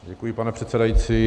Děkuji, pane předsedající.